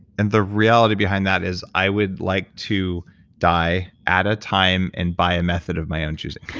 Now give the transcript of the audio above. and the reality behind that is i would like to die at a time and by a method of my own choosing.